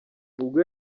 ubwo